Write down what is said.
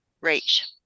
reach